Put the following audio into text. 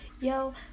Yo